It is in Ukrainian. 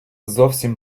зовсім